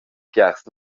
piars